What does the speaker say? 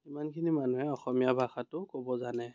সিমানখিনি মানুহে অসমীয়া ভাষাটো ক'ব জানে